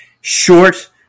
short